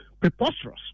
preposterous